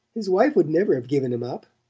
his wife would never have given him up.